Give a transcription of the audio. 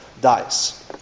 dice